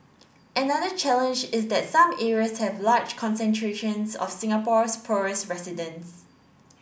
another challenge is that some areas have large concentrations of Singapore's poorest residents